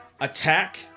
attack